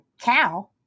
cow